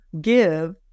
give